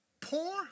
poor